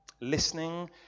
Listening